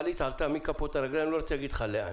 המעלית עלתה מכפות הרגליים ואני לא רוצה להגיד לך לאן.